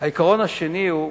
העיקרון השני הוא: